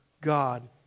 God